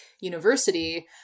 university